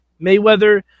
Mayweather